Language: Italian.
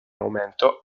aumento